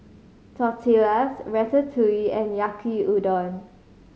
Tortillas Ratatouille and Yaki Udon